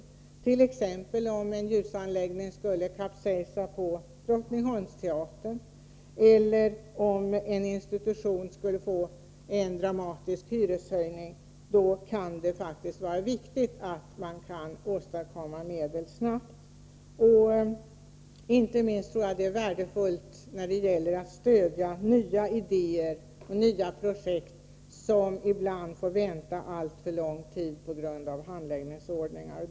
Om t.ex. en ljusanläggning skulle kapsejsa på Drottningholmsteatern eller om en institution skulle få en dramatisk hyreshöjning, är det önskvärt att snabbt kunna åstadkomma medel. Detta är viktigt inte minst när det gäller att stödja nya idéer och projekt, som ibland får vänta alltför lång tid på grund av handläggningsordningar.